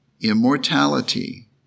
immortality